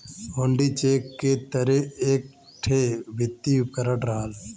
हुण्डी cheque के तरे एक ठे वित्तीय उपकरण रहल